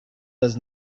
does